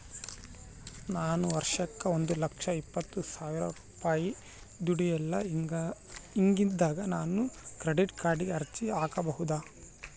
ನಾನು ವರ್ಷಕ್ಕ ಒಂದು ಲಕ್ಷ ಇಪ್ಪತ್ತು ಸಾವಿರ ರೂಪಾಯಿ ದುಡಿಯಲ್ಲ ಹಿಂಗಿದ್ದಾಗ ನಾನು ಕ್ರೆಡಿಟ್ ಕಾರ್ಡಿಗೆ ಅರ್ಜಿ ಹಾಕಬಹುದಾ?